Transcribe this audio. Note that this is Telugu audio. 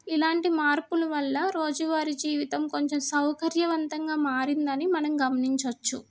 ఇలాంటి మార్పులు వల్ల రోజువారీ జీవితం కొంచెం సౌకర్యవంతంగా మారింది అని మనం గమనించవచ్చు